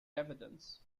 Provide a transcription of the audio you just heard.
evidence